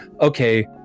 okay